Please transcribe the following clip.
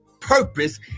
purpose